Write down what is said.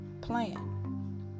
plan